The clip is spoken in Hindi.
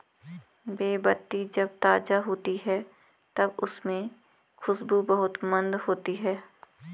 बे पत्ती जब ताज़ा होती है तब उसमे खुशबू बहुत मंद होती है